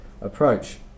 approach